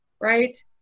right